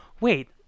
Wait